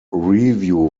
review